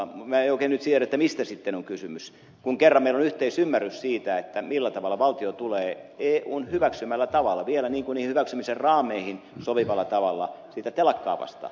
mutta minä en nyt oikein tiedä mistä sitten on kysymys kun kerran meillä on yhteisymmärrys siitä millä tavalla eun hyväksymällä tavalla vielä niin kuin niihin hyväksymisen raameihin sopivalla tavalla valtio tulee sitä telakkaa vastaan